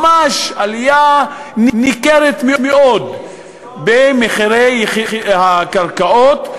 ממש עלייה ניכרת מאוד במחירי הקרקעות,